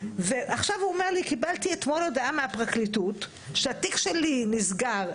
ועכשיו הוא אומר לי שהוא קיבל אתמול הודעה מהפרקליטות שהתיק שלו נסגר.